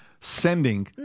sending